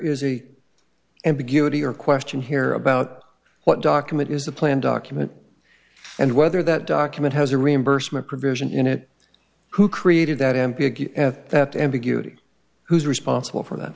is a ambiguity or question here about what document is the plan document and whether that document has a reimbursement provision in it who created that m p that ambiguity who's responsible for